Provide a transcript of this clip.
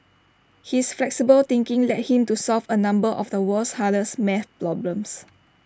his flexible thinking led him to solve A number of the world's hardest math problems